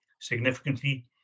significantly